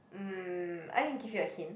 um I can give you a hint